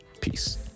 peace